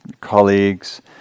colleagues